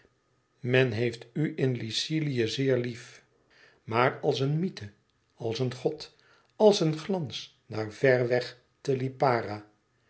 men heeft u in lycilië zeer lief maar als een mythe als een god als een glans daar ver weg te lipara